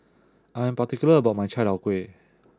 I am particular about my Chai Tow Kway